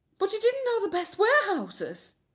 but you didn't know the best warehouses!